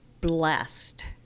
blessed